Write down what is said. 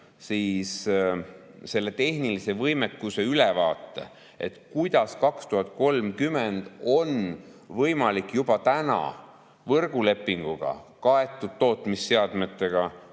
tuua välja tehnilise võimekuse ülevaate, kuidas 2030. aastal oleks võimalik juba täna võrgulepinguga kaetud tootmisseadmetega